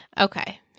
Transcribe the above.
Okay